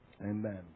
Amen